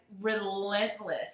relentless